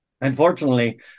Unfortunately